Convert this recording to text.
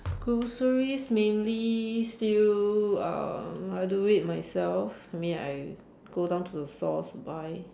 groceries mainly still uh I do it myself I mean I go down to the stores to buy